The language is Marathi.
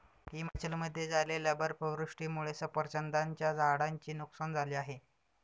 हिमाचलमध्ये झालेल्या बर्फवृष्टीमुळे सफरचंदाच्या झाडांचे नुकसान झाले आहे